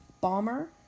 Bomber